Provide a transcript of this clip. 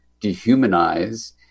dehumanize